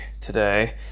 today